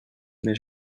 més